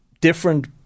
different